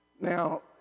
Now